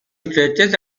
stretches